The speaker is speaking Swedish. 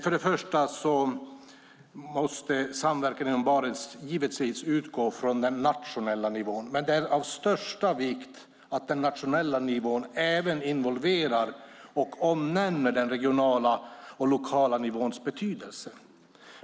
Först och främst måste samverkan inom Barentsregionen givetvis utgå från den nationella nivån, men det är av största vikt att den nationella nivån även involverar och omnämner den regionala och lokala nivåns betydelse.